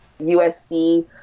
USC